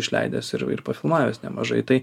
išleidęs ir ir pafilmavęs nemažai tai